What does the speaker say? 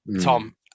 Tom